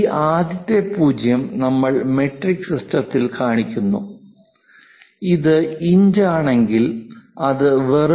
ഈ ആദ്യത്തെ 0 നമ്മൾ മെട്രിക് സിസ്റ്റത്തിൽ കാണിക്കുന്നു അത് ഇഞ്ചാണെങ്കിൽ അത് വെറും